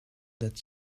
that